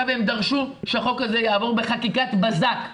והם דרשו שהחוק הזה יעבור בחקיקת בזק.